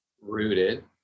rooted